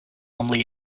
only